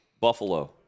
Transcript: Buffalo